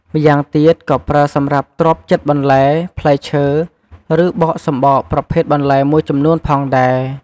ម្យ៉ាងទៀត ក៏ប្រើសម្រាប់ទ្រាប់ចិតបន្លែ ផ្លែឈើ ឬបកសំបកប្រភេទបន្លែមួយចំនួនផងដែរ។